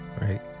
right